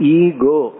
ego